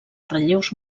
relleus